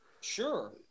Sure